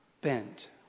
bent